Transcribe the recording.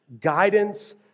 Guidance